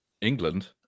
England